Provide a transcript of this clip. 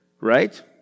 right